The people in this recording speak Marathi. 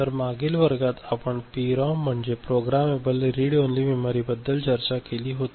तर मागील वर्गात आपण पीरॉम म्हणजे प्रोग्रामेबल रीड ओन्ली मेमरीबद्दल चर्चा केली होती